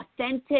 authentic